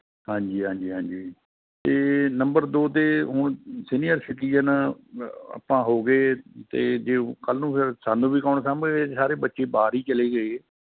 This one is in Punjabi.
ਹਾਂਜੀ ਹਾਂਜੀ ਹਾਂਜੀ ਅਤੇ ਨੰਬਰ ਦੋ 'ਤੇ ਹੁਣ ਸੀਨੀਅਰ ਸਿਟੀਜਨ ਆਪਾਂ ਹੋ ਗਏ ਅਤੇ ਓ ਜੇ ਕੱਲ੍ਹ ਨੂੰ ਫਿਰ ਸਾਨੂੰ ਵੀ ਕੌਣ ਸਾਂਭੇ ਸਾਰੇ ਬੱਚੇ ਬਾਹਰ ਹੀ ਚਲੇ ਗਏ